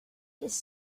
his